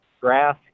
grass